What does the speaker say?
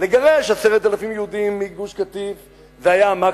לגרש 10,000 יהודים מגוש-קטיף זה היה המקסימום,